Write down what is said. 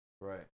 right